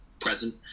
present